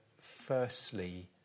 firstly